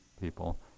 people